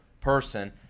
person